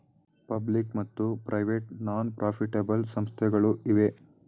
public ಮತ್ತು private non profitable ಸಂಸ್ಥೆಗಳು ಇವೆ